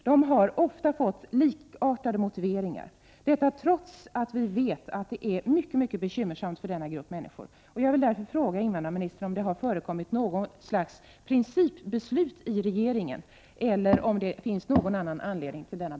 De har ofta fått likartade motiveringar — detta trots att vi vet att det är synnerligen bekymmersamt för denna grupp människor.